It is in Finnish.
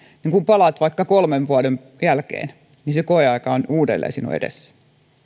niin kun palaa vaikka kolmen vuoden jälkeen niin se koeaika on uudelleen edessä